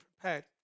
prepared